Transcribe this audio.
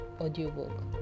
audiobook